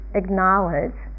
acknowledge